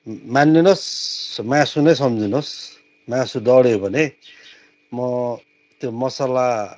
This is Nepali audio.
मानिलिनुहोस् मासु नै सम्झिनुहोस् मासु डढ्यो भने म त्यो मसला